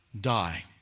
Die